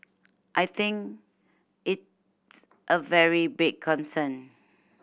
I think it's a very big concern